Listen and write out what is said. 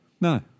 No